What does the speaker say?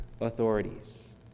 authorities